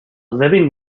living